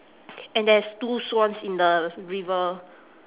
and there's two swans in the river